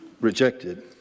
rejected